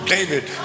David